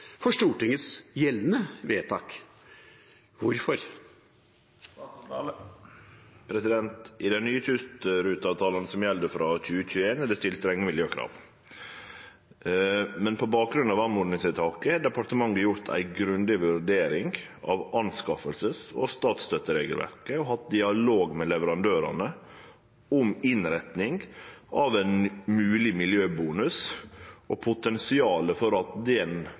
for Stortingets gjeldende vedtak. Hvorfor?» I den nye kystruteavtalen som gjeld frå 2021, er det stilt strenge miljøkrav, men på bakgrunn av oppmodingsvedtaket har departementet gjort ei grundig vurdering av innkjøps- og statsstøtteregelverket og hatt dialog med leverandørane om innretning av ein mogleg miljøbonus og potensialet for at